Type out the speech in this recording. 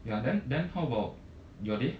ya then then how about your day